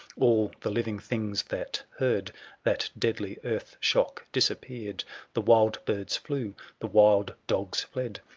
all the living things that heard that deadly earth shock disappeared the wild birds flew the wild dogs fled,